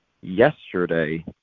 yesterday